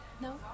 No